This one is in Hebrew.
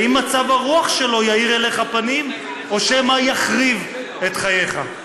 האם מצב הרוח שלו יאיר אליך פנים או שמא יחריב את חייך?